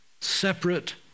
separate